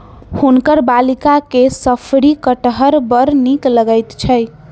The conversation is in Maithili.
हुनकर बालिका के शफरी कटहर बड़ नीक लगैत छैन